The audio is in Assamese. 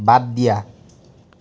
বাদ দিয়া